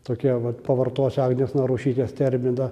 tokia vat pavartosiu agnės narušytės terminą